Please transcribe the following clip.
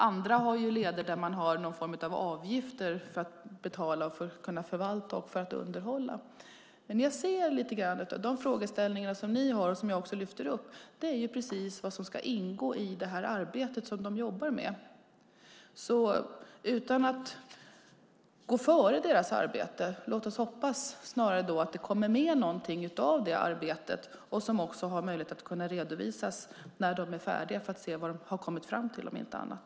Andra har leder med någon form av avgifter för att kunna förvalta och underhålla dem. Jag ser att en del av de frågor som ni har och som jag lyfter fram är precis det som man nu jobbar med. Jag vill inte gå före det arbetet, utan låt oss hoppas att det kommer ut någonting av det och redovisas när man är färdig med arbetet - för att se vad man har kommit fram till, om inte annat.